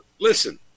Listen